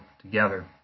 together